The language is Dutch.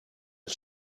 het